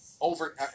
over